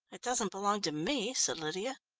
it doesn't belong to me, said lydia.